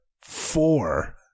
four